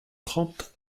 trente